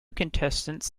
contestants